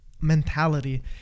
mentality